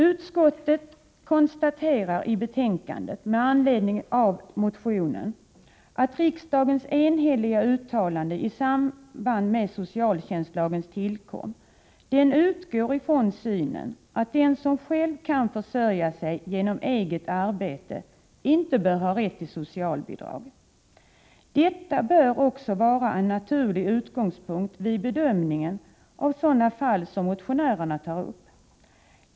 Utskottet konstaterar i betänkandet med anledning av motionen att riksdagens enhälliga uttalande i samband med socialtjänstlagens tillkomst utgår från synen att den som kan försörja sig genom eget arbete inte bör ha rätt till socialbidrag. Detta bör också vara en naturlig utgångspunkt vid bedömningen av sådana fall som motionärerna tar upp.